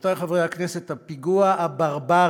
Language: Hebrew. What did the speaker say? רבותי חברי הכנסת, הפיגוע הברברי